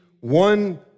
One